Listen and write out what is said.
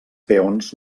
peons